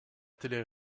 télé